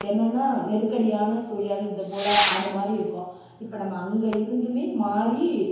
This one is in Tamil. என்னன்னா நெருக்கடியான சூழல் அதுபோல் அந்தமாதிரி இருக்கும் இப்போ நம்ம அங்கே இருந்தும் மாறி